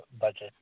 budget